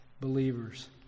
believers